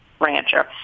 rancher